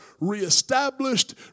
reestablished